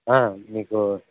మీకు